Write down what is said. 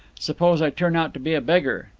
suppose i turn out to be a beggar?